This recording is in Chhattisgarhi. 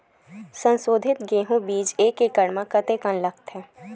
संसोधित गेहूं बीज एक एकड़ म कतेकन लगथे?